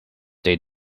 they